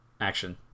action